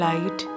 Light